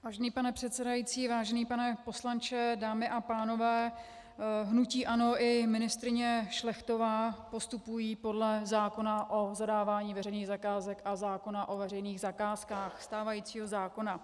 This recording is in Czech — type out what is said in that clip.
Vážený pane předsedající, vážený pane poslanče, dámy a pánové, hnutí ANO i ministryně Šlechtová postupují podle zákona o zadávání veřejných zakázek a zákona o veřejných zakázkách, stávajícího zákona.